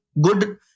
good